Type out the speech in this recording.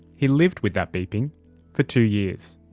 he lived with that beeping for two years.